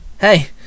Hey